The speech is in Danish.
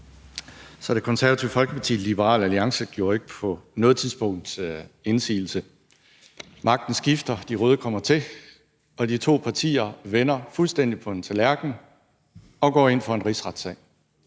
Så Det Konservative Folkeparti og Liberal Alliance gjorde ikke på noget tidspunkt indsigelse. Magten skifter, de røde kommer til, og de to partier vender fuldstændig på en tallerken – og går ind for en rigsretssag.